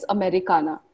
Americana